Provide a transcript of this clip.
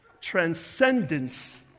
Transcendence